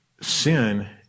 Sin